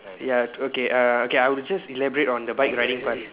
ya okay uh okay I will just elaborate on the bike riding part